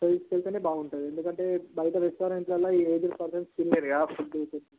అది అయితేనే బాగుంటుంది ఎందుకంటే బయట రెస్టారెంట్లలో ఈ ఏజ్డ్ పర్సన్స్ తినలేరు ఆ ఫుడ్డు